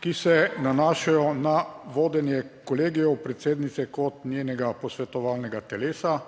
ki se nanašajo na vodenje kolegijev predsednice kot njenega posvetovalnega telesa,